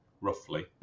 roughly